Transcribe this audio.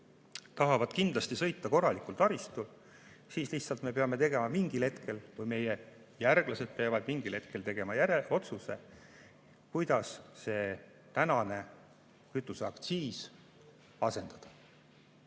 tahavad kindlasti sõita korralikul taristul, siis me lihtsalt peame tegema või meie järglased peavad mingil hetkel tegema otsuse, kuidas praegune kütuseaktsiis asendada.